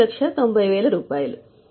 3 నుండి 5 సంవత్సరంలో అంచనా గంటలు 7000